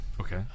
Okay